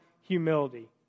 humility